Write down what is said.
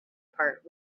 part